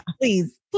Please